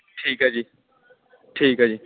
ਠੀਕ ਹੈ ਜੀ ਠੀਕ ਹੈ ਜੀ